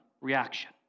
reaction